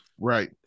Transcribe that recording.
Right